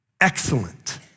excellent